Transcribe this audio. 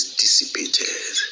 dissipated